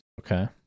Okay